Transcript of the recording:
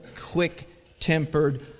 quick-tempered